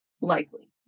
likely